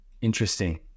Interesting